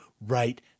right